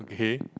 okay